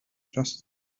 just